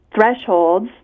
thresholds